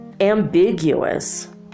ambiguous